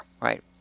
right